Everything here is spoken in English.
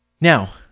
Now